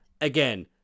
Again